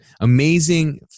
amazing